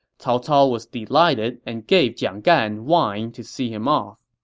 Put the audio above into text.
cao cao was delighted and gave jiang gan wine to see him off